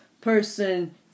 person